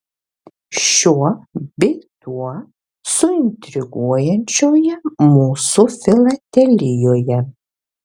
šiuo bei tuo suintriguojančioje mūsų filatelijoje